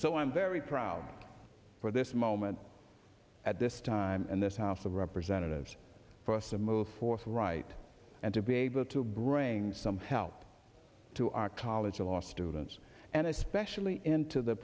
so i'm very proud for this moment at this time in this house of representatives for us to move forth right and to be able to bring some help to our college of law students and especially into the